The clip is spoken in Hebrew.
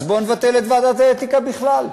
אז בוא נבטל את ועדת האתיקה בכלל.